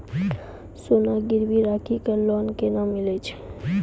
सोना गिरवी राखी कऽ लोन केना मिलै छै?